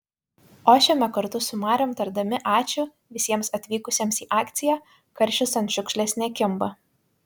ošiame kartu su mariom tardami ačiū visiems atvykusiems į akciją karšis ant šiukšlės nekimba